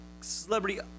celebrity